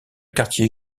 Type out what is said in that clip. quartier